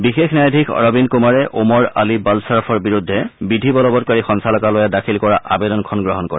বিশেষ ন্যায়াধিশ অৰৱিন্দ কুমাৰে ওমৰ আলী বালশ্বাৰাফৰ বিৰুদ্ধে বিধি বলবৎকাৰী সঞ্চালকালয়ে দাখিল কৰা আবেদনখন গ্ৰহণ কৰে